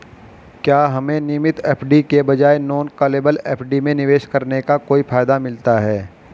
क्या हमें नियमित एफ.डी के बजाय नॉन कॉलेबल एफ.डी में निवेश करने का कोई फायदा मिलता है?